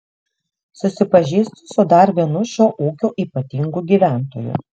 susipažįstu su dar vienu šio ūkio ypatingu gyventoju